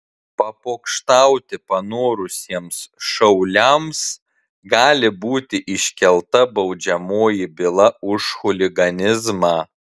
papokštauti panorusiems šauliams gali būti iškelta baudžiamoji byla už chuliganizmą